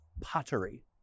pottery